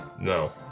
No